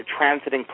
Transiting